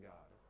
God